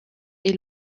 est